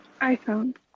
iPhone